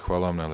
Hvala vam